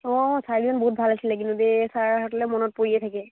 অঁ ছাৰজন বহুত ভাল আছিলে দেই ছাৰহঁতলৈ মনত পৰিয়ে থাকে